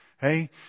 Hey